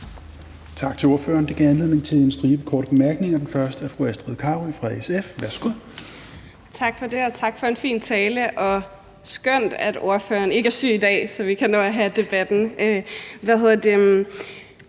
Tak til ordføreren. Det gav anledning til en stribe korte bemærkninger. Den første er fra fru Astrid Carøe fra SF. Værsgo. Kl. 11:40 Astrid Carøe (SF): Tak for det, og tak for en fin tale, og det er skønt, at ordføreren ikke er syg i dag, så vi kan nå at have debatten. Det, jeg godt